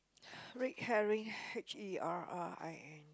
red herring H E R R I N